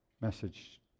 message